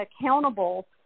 accountable